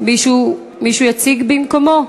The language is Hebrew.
מישהו יציג במקומו?